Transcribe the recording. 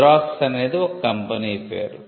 xerox అనేది ఒక company పేరు